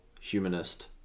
humanist